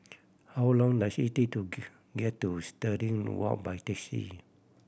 how long does it take to get to Stirling Walk by taxi